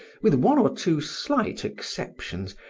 with one or two slight exceptions,